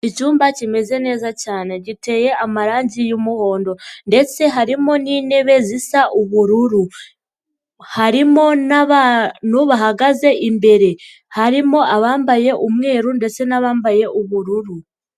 Icyumba kimeze neza cyane giteye amarangi y'umuhondo ndetse harimo n'intebe zisa ubururu harimo n'abantu bahagaze imbere, harimo abambaye umweru ndetse n'abambaye ubururu.